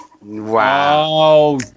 Wow